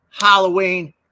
Halloween